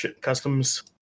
customs